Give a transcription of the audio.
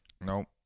Nope